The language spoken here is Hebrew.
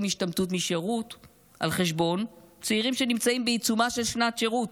השתמטות משירות על חשבון צעירים שנמצאים בעיצומה של שנת שירות,